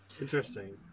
interesting